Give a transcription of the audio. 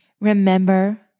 Remember